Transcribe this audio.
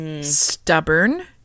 Stubborn